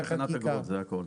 זה לא שייך לתקנת אגרות, זה הכל.